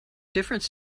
difference